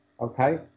Okay